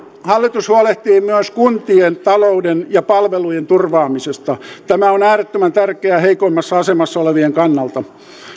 hallitus huolehtii myös kuntien talouden ja palvelujen turvaamisesta tämä on äärettömän tärkeää heikoimmassa asemassa olevien kannalta